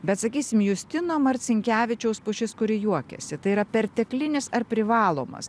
bet sakysim justino marcinkevičiaus pušis kuri juokėsi tai yra perteklinis ar privalomas